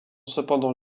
cependant